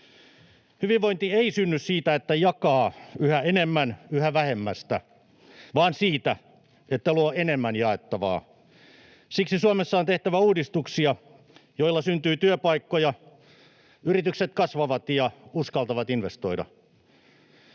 Hyvinvointi ei synny siitä, että jakaa yhä enemmän yhä vähemmästä, vaan siitä, että luo enemmän jaettavaa. Siksi Suomessa on tehtävä uudistuksia, joilla syntyy työpaikkoja ja joilla yritykset kasvavat ja uskaltavat investoida.